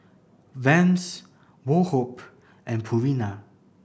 Vans Woh Hup and Purina